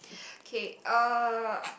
K uh